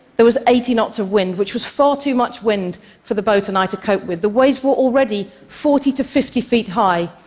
there was eighty knots of wind, which was far too much wind for the boat and i to cope with. the waves were already forty to fifty feet high,